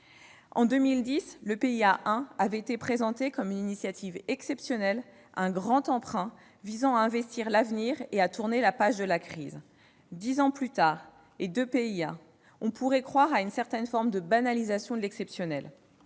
En 2010, le PIA 1 avait été présenté comme une initiative exceptionnelle, un grand emprunt visant à investir dans l'avenir et à tourner la page de la crise. Dix ans et deux PIA plus tard, on pourrait craindre une certaine forme de banalisation de l'exceptionnel.